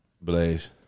Blaze